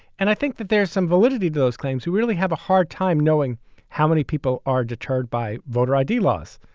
and i think that there's some validity to those claims who really have a hard time knowing how many people are deterred by voter i d. laws.